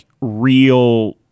real